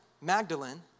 Magdalene